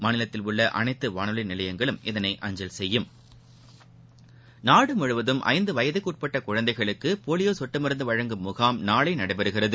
மாநிலத்தில் உள்ள அனைத்து வானொலி நிலையங்களும் இதனை அஞ்சல் செய்யும் நாடு முழுவதும் ஐந்து வயதுக்கு உட்பட்ட குழந்தைகளுக்கு போலியோ கொட்டு மருந்து வழங்கும் முகாம் நாளை நடைபெறுகிறது